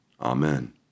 Amen